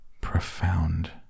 Profound